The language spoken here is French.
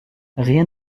rien